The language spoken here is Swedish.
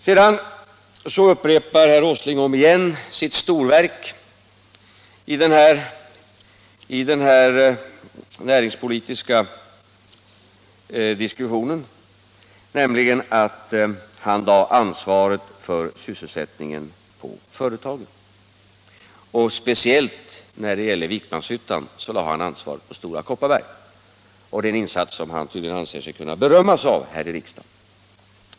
Herr Åsling talade på nytt om sitt storverk i den här näringspolitiska diskussionen, nämligen att han lagt ansvaret för sysselsättningen på företagen. När det gäller Vikmanshyttan lade han ansvaret på Stora Kopparberg. Det är tydligen en insats som han anser sig kunna berömma sig av här i riksdagen.